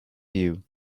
you